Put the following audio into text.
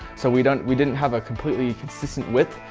so we don't we didn't have a completely consistent width.